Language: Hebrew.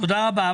תודה רבה.